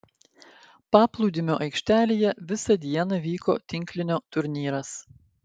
paplūdimio aikštelėje visą dieną vyko tinklinio turnyras